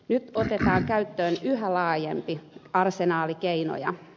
nyt otetaan käyttöön yhä laajempi arsenaali keinoja